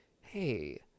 hey